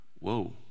Whoa